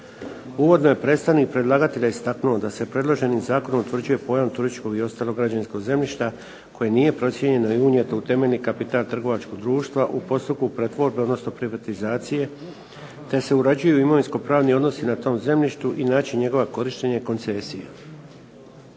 Uvodno je predstavnik predlagatelja istaknuo da se predloženim zakonom utvrđuje pojam turističkog i ostalog građevinskog zemljišta koje nije procijenjeno i unijeto u temeljni kapital trgovačkog društva u postupku pretvorbe, odnosno privatizacije te se uređuju imovinsko-pravni odnosi na tom zemljištu i način njegova korištenja i koncesije.